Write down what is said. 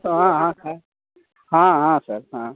तो हाँ हाँ हाँ हाँ सर हाँ